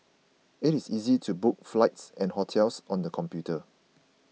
it is easy to book flights and hotels on the computer